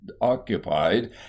occupied